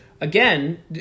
again